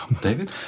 david